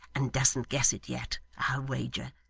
and doesn't guess it yet, i'll wager